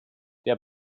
der